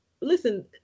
listen